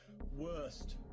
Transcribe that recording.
worst